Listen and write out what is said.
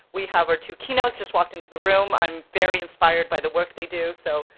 we have our two keynotes just walked into the room, i'm very inspired by the work they do, so,